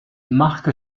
marque